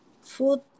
food